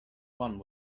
one